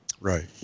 Right